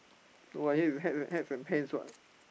no what here is hats hats and pants [what]